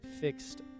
fixed